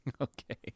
Okay